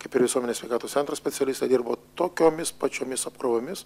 kaip ir visuomenės sveikatos centro specialistai dirbo tokiomis pačiomis apkrovomis